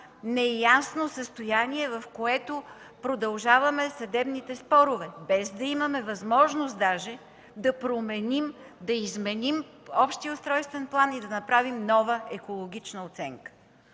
неясно състояние, продължаваме съдебните спорове, без даже да имаме възможност да променим или изменим общия устройствен план и да направим нова екологична оценка.